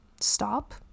stop